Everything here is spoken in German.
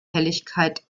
helligkeit